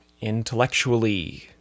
intellectually